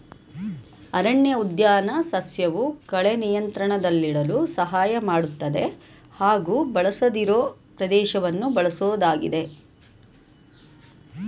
ಅರಣ್ಯಉದ್ಯಾನ ಸಸ್ಯವು ಕಳೆ ನಿಯಂತ್ರಣದಲ್ಲಿಡಲು ಸಹಾಯ ಮಾಡ್ತದೆ ಹಾಗೂ ಬಳಸದಿರೋ ಪ್ರದೇಶವನ್ನ ಬಳಸೋದಾಗಿದೆ